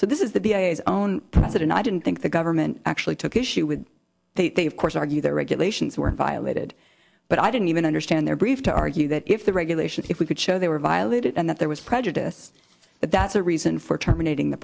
so this is the be a zone precedent i didn't think the government actually took issue with they say of course argue the regulations were violated but i didn't even understand their brief to argue that if the regulation if we could show they were violated and that there was prejudice but that's a reason for terminating the